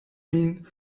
min